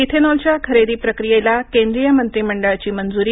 इथेनॉलच्या खरेदी प्रक्रियेला केंद्रीय मंत्रिमंडळाची मंजूरी